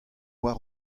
war